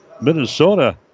Minnesota